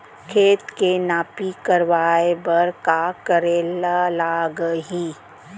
खेत के नापी करवाये बर का करे लागही?